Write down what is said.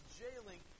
jailing